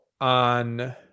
on